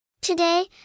Today